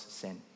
sin